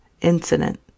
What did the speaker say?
incident